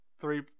three